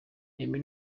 remy